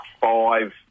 five